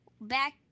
back